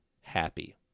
happy